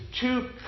two